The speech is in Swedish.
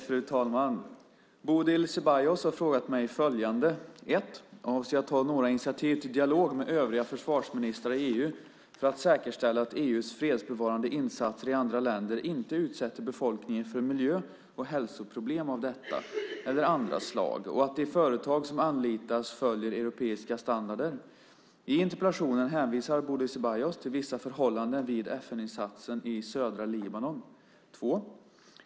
Fru talman! Bodil Ceballos har frågat mig följande. 1. Avser jag att ta några initiativ till dialog med övriga försvarsministrar i EU för att säkerställa att EU:s fredsbevarande insatser i andra länder inte utsätter befolkningen för miljö och hälsoproblem av detta eller andra slag och att de företag som anlitas följer europeiska standarder? I interpellationen hänvisar Bodil Ceballos till vissa förhållanden vid FN-insatsen i södra Libanon. 2.